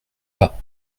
pas